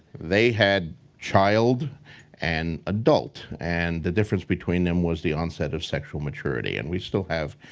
they had child and adult. and the difference between them was the onset of sexual maturity. and we still have,